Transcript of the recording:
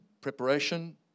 preparation